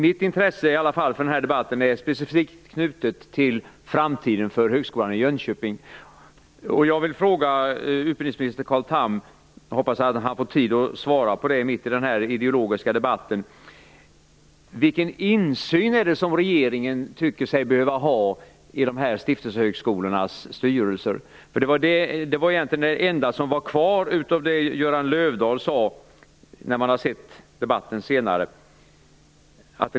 Mitt intresse för den här debatten är specifikt knutet till framtiden för Högskolan i Jönköping. Jag vill ställa en fråga till utbildningsminister Carl Tham. Jag hoppas att han får tid att svara på den mitt i den ideologiska debatten. Vilken insyn tycker sig regeringen behöva ha i stiftelsehögskolornas styrelser? Det var egentligen det enda som var kvar av det Göran Löfdahl sade, om man ser till den senare debatten.